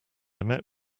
met